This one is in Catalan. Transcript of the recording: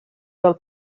del